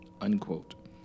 unquote